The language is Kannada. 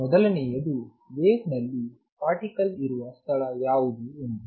ಮೊದಲನೆಯದು ವೇವ್ ನಲ್ಲಿ ಪಾರ್ಟಿಕಲ್ ಇರುವ ಸ್ಥಳ ಯಾವುದು ಎಂದು